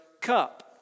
cup